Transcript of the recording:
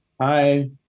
Hi